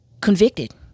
convicted